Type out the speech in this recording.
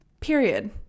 Period